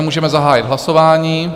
Můžeme zahájit hlasování.